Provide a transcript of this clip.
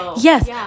yes